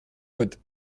wordt